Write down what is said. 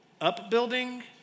Upbuilding